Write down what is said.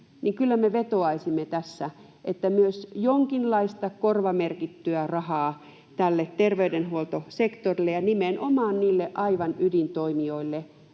niin kyllä me vetoaisimme tässä, että myös jonkinlaista korvamerkittyä rahaa tälle terveydenhuoltosektorille ja nimenomaan niille aivan ydintoimijoille,